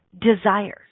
desires